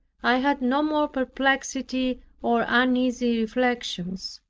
i had no more perplexity or uneasy reflections.